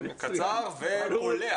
קצר וקולע.